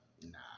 nah